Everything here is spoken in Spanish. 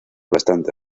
bastante